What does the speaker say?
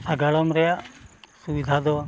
ᱥᱟᱜᱟᱲᱚᱢ ᱨᱮᱭᱟᱜ ᱥᱩᱵᱤᱫᱷᱟ ᱫᱚ